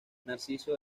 narciso